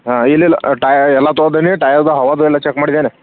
ಹಾಂ ಇಲ್ಲ ಇಲ್ಲ ಟೈ ಎಲ್ಲ ತೊಳ್ದೆನಿ ಟೈಯರ್ದ ಹವಾದು ಎಲ್ಲ ಚೆಕ್ ಮಾಡಿದ್ದೇನೆ